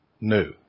new